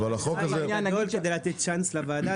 אבל החוק הזה --- הרעיון לתת צ'אנס לוועדה?